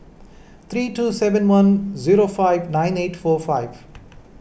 three two seven one zero five nine eight four five